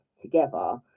together